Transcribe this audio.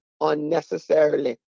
unnecessarily